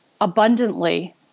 abundantly